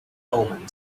omen